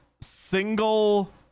single